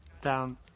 down